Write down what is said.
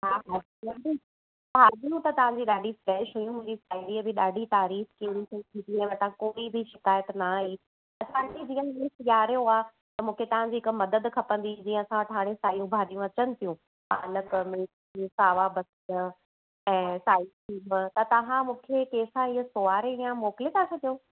हा हा भाॼियूं त तव्हांजी ॾाढी फ़्रेश हुयूं मुंहिंजी साहेड़ीअ बि ॾाढी तारीफ़ कई हुई को बि शिकायत न आई असांखे जीअं हाणे सियारो आहे त मूंखे तव्हांजी हिक मदद खपंदी जीअं असां वटि हाणे सायूं भाॼियूं अचनि थियूं पालक मेथी सावा बसर ऐं साई थुम त तव्हां मूंखे कंहिं सां इहो सोराए इहो मोकिले था छॾियो